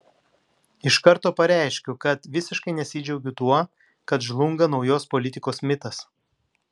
iš karto pareiškiu kad visiškai nesidžiaugiu tuo kad žlunga naujos politikos mitas